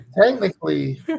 technically